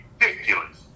ridiculous